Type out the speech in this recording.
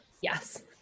yes